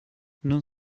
non